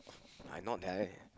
I not direct